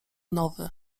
nowy